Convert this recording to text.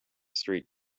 straight